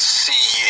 see